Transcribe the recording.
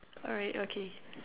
alright okay